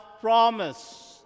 promise